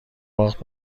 باخت